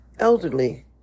Elderly